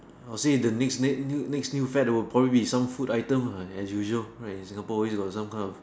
oh say the next ne~ new next new fad will probably be some food item ah as usual right in Singapore always got some kind of